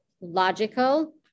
logical